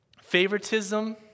Favoritism